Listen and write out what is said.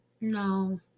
no